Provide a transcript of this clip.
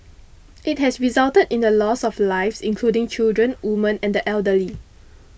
it has resulted in the loss of lives including children women and the elderly